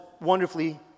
wonderfully